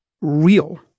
Real